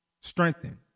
Strengthen